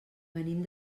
venim